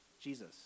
Jesus